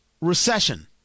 recession